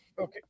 Okay